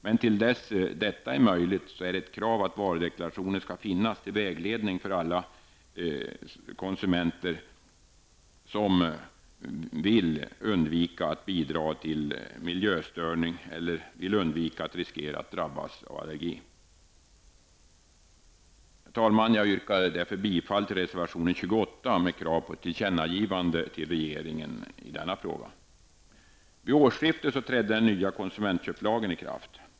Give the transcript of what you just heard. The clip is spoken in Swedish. Men till dess detta är möjligt är det ett krav att varudeklarationer skall finnas till vägledning för oss alla som konsumenter, så att vi -- om vi vill -- kan undvika att bidra till miljöförstöring eller att riskera att drabbas av allergi. Herr talman! Jag yrkar därför bifall till reservation Vid årsskiftet trädde den nya konsumentköplagen i kraft.